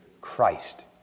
Christ